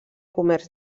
comerç